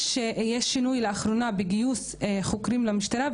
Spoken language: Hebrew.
יש שינוי לאחרונה בגיוס חוקרים למשטרה,